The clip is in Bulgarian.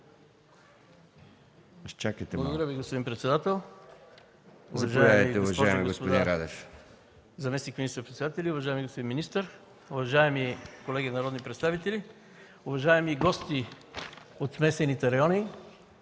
Благодаря Ви, господин председател. Уважаеми дами и господа заместник министър-председатели, уважаеми господин министър, уважаеми колеги народни представители! Уважаеми гости от смесените райони,